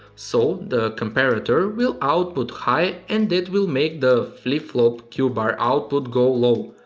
so the comparator will output high and it will make the flip-flop q-bar output go low.